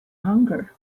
hunger